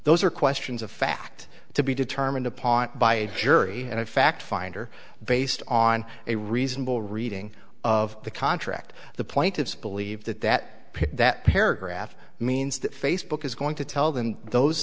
those are questions of fact to be determined upon by a jury and in fact finder based on a reasonable reading of the contract the plaintiffs believe that that that paragraph means that facebook is going to tell them those